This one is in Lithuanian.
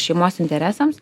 šeimos interesams